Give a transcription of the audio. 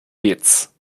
pits